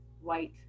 white